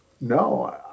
no